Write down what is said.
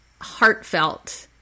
heartfelt